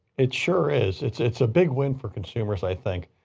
it sure is. it's it's a big win for consumers, i think.